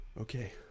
Okay